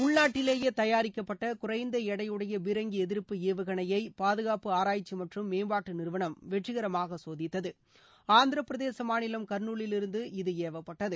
உள்நாட்டிலேயே தயாரிக்கப்பட்ட குறைந்த எடையுடைய பீரங்கி எதிர்ப்பு ஏவுகணையை பாதுகாப்பு ஆராய்ச்சி மற்றும் மேம்பாட்டு நிறுவனம் வெற்றிகரமாக சோதித்தது ஆந்திரப்பிரதேச மாநிலம் கா்நூலிலிருந்து இது இவப்பட்டது